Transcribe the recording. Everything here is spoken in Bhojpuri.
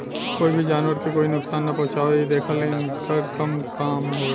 कोई भी जानवर के कोई नुकसान ना पहुँचावे इ देखल इनकर काम हवे